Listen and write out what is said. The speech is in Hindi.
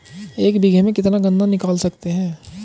एक बीघे में से कितना गन्ना निकाल सकते हैं?